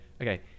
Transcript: okay